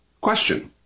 Question